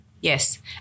Yes